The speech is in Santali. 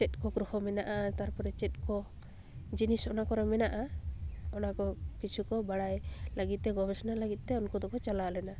ᱪᱮᱫ ᱠᱚ ᱜᱨᱚᱦᱚ ᱢᱮᱱᱟᱜᱼᱟ ᱛᱟᱨᱯᱚᱨᱮ ᱪᱮᱫ ᱠᱚ ᱡᱤᱱᱤᱥ ᱚᱱᱟ ᱠᱚᱨᱮ ᱢᱮᱱᱟᱜᱼᱟ ᱚᱱᱟ ᱠᱚ ᱠᱤᱪᱷᱩ ᱠᱚ ᱵᱟᱲᱟᱭ ᱞᱟᱹᱜᱤᱫ ᱛᱮ ᱜᱚᱵᱮᱥᱚᱱᱟ ᱞᱟᱹᱜᱤᱫ ᱛᱮ ᱩᱱᱠᱩ ᱫᱚᱠᱚ ᱪᱟᱞᱟᱣ ᱞᱮᱱᱟ